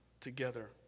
together